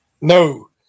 No